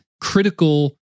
critical